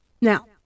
Now